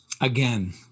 again